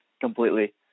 Completely